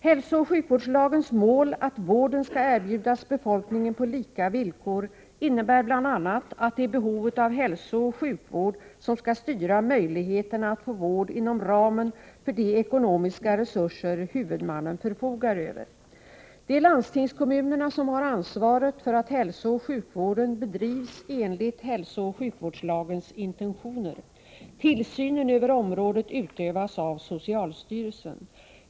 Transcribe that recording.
Hälsooch sjukvårdslagens mål att vården skall erbjudas befolkningen på lika villkor innebär bl.a. att det är behovet av hälsooch sjukvård som skall styra möjligheterna att få vård inom ramen för de ekonomiska resurser huvudmannen förfogar över. Det är landstingskommunerna som har ansvaret för att hälsooch sjukvården bedrivs enligt hälsooch sjukvårdslagens intentioner. Tillsynen över området utövas av socialstyrelsen.